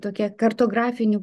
tokia kartografinių